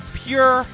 pure